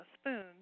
spoons